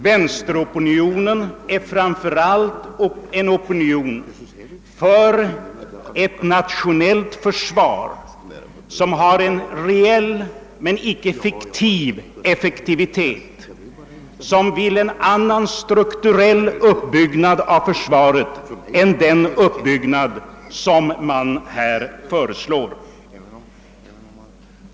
Vänsteropinionen är i hög grad inriktad på ett nationellt försvar, som har en reell men icke fiktiv effektivitet. Vänsteropinionen vill ha en annan strukturell uppbyggnad av försvaret än den som nu föreslås.